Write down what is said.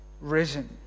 risen